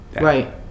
right